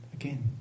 again